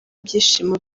ibyishimo